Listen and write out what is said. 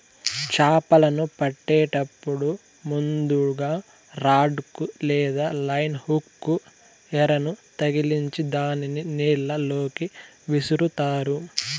చాపలను పట్టేటప్పుడు ముందుగ రాడ్ కు లేదా లైన్ హుక్ కు ఎరను తగిలిచ్చి దానిని నీళ్ళ లోకి విసురుతారు